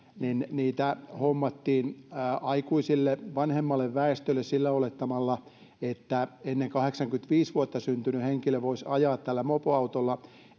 niitä hommattiin aikuisille vanhemmalle väestölle sillä olettamalla että ennen vuotta kahdeksankymmentäviisi syntynyt henkilö voisi ajaa mopoautolla